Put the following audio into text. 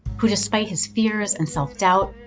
who despite his fears and self doubt,